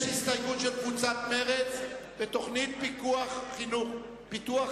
יש הסתייגות של קבוצת מרצ: תוכנית פיתוח חינוך.